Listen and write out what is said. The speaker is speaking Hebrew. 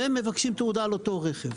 הם מבקשים תעודה על אותו רכב.